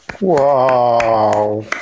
Wow